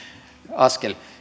askel